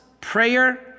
prayer